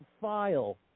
file